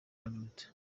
yavutse